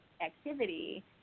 activity